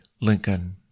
Lincoln